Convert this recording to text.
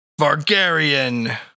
Vargarian